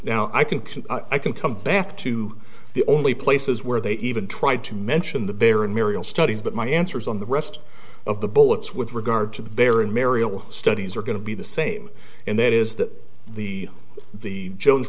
can can i can come back to the only places where they even tried to mention the baron marial studies but my answers on the rest of the bullets with regard to the bear in mariel studies are going to be the same and that is that the the jones